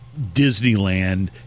Disneyland